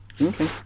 Okay